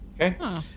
Okay